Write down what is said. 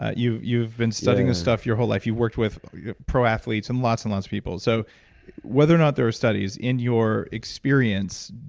ah you've you've been studying this stuff your whole life. you worked with pro athletes, and lots and lots of people, so whether or not there are studies, in your experience,